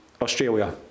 Australia